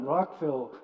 Rockville